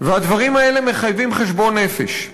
והדברים האלה מחייבים חשבון נפש,